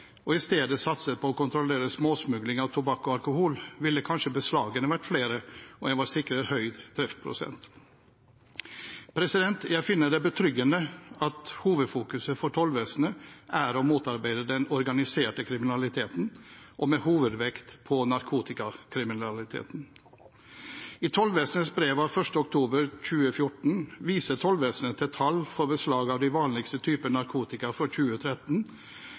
og i stedet satset på å kontrollere småsmugling av tobakk og alkohol, ville kanskje beslagene vært flere, og en var sikret høy treffprosent. Jeg finner det betryggende at hovedfokuset for tollvesenet er å motarbeide den organiserte kriminaliteten, med hovedvekt på narkotikakriminaliteten. I tollvesenets brev av 1. oktober 2014 viser tollvesenet til tall for beslag av de vanligste typene narkotika for 2013